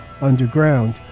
underground